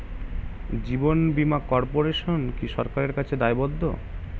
জীবন বীমা কর্পোরেশন কি সরকারের কাছে দায়বদ্ধ?